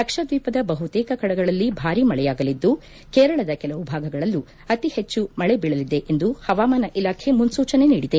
ಲಕ್ಷದ್ಯೀಪದ ಬಹುತೇಕ ಕಡೆಗಳಲ್ಲಿ ಭಾರಿ ಮಳೆಯಾಗಲಿದ್ದು ಕೇರಳದ ಕಲವು ಭಾಗಗಳಲ್ಲೂ ಅತಿ ಹೆಚ್ಚು ಮಳೆ ಬೀಳಲಿದೆ ಎಂದು ಹವಾಮಾನ ಇಲಾಖೆ ಮುನ್ನೂ ಚನೆ ನೀಡಿದೆ